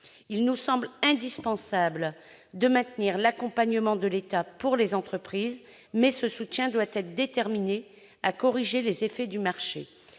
Il nous semble indispensable de maintenir l'accompagnement de l'État pour les entreprises. Toutefois, ce soutien doit chercher à corriger les effets du marché,